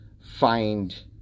find